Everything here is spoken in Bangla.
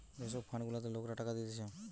যে সব ফান্ড গুলাতে লোকরা টাকা দিতেছে